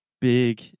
big